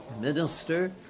minister